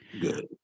Good